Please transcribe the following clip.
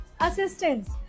assistance